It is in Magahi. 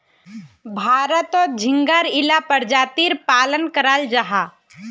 भारतोत झिंगार इला परजातीर पालन कराल जाहा